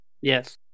Yes